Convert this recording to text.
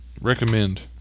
recommend